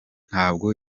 ntabwo